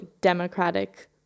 democratic